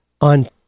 on